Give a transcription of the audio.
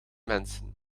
mensen